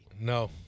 No